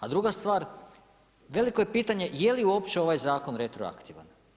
A druga stvar, veliko je pitanje je li uopće ovaj Zakon retroaktivan.